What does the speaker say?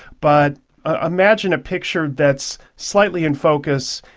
but ah imagine a picture that's slightly in focus,